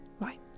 Right